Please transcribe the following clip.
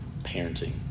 parenting